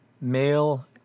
Male